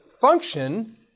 function